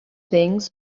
things